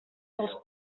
dels